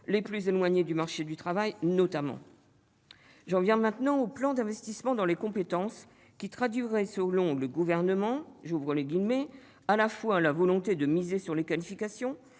des plus éloignés du marché du travail. J'en viens maintenant au plan d'investissement dans les compétences, lequel traduirait, selon le Gouvernement, « à la fois la volonté de miser sur les qualifications,